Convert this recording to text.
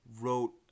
wrote